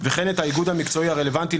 וכן את האיגוד המקצועי הרלוונטי,